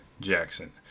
Jackson